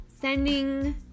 sending